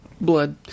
Blood